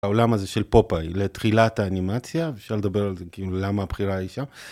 העולם הזה של פופאי לתחילת האנימציה אפשר לדבר על זה כאילו למה הבחירה היא שם.